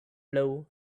blue